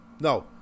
No